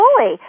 fully